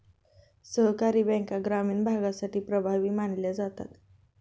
सहकारी बँका ग्रामीण भागासाठी प्रभावी मानल्या जातात